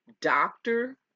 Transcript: doctor